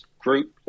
group